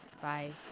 Bye